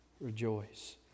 rejoice